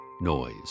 noise